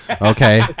Okay